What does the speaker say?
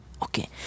Okay